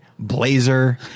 blazer